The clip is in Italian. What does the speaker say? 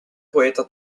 poeta